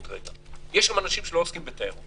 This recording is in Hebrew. אנשים שלא עוסקים בתיירות,